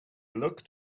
looked